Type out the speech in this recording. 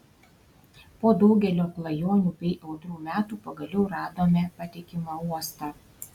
po daugelio klajonių bei audrų metų pagaliau radome patikimą uostą